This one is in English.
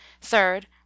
Third